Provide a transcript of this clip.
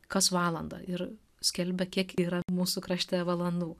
kas valandą ir skelbia kiek yra mūsų krašte valandų